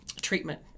Treatment